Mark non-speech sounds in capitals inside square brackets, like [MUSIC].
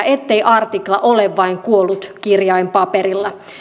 [UNINTELLIGIBLE] ettei artikla ole vain kuollut kirjain paperilla